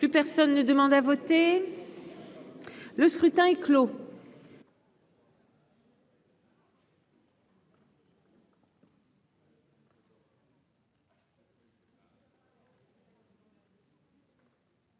Plus personne ne demande à voter, le scrutin est clos.